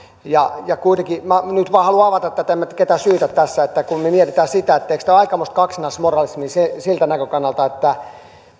kuitenkin minä nyt vain haluan avata tätä en minä nyt ketään syytä tässä kun me mietimme sitä eikö tämä ole aikamoista kaksinaismoralismia siltä näkökannalta että väitetään